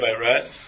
right